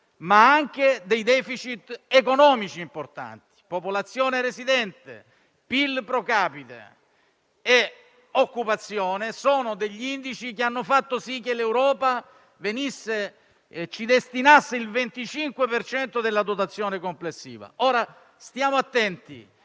ma anche dei *deficit* economici importanti. Popolazione residente, PIL *pro capite* e occupazione sono gli indici che hanno fatto sì che l'Europa ci destinasse il 25 per cento della dotazione complessiva. Stiamo attenti: